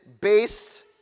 based